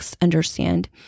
understand